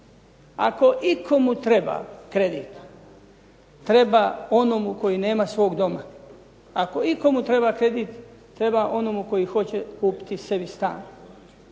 Ako ikome treba kredit treba onomu koji nema svog doma. Ako ikome treba kredit treba onome koji hoće kupiti sebi stan.